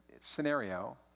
scenario